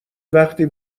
وقتی